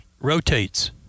rotates